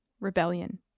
rebellion